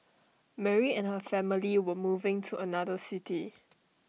Mary and her family were moving to another city